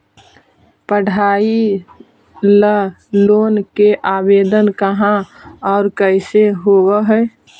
पढाई ल लोन के आवेदन कहा औ कैसे होब है?